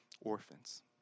Orphans